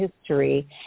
history